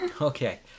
Okay